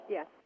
Yes